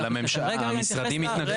אבל המשרדים התנגדו.